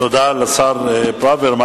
תודה לשר ברוורמן.